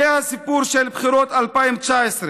זה הסיפור של בחירות 2019: